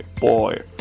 boy